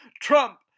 Trump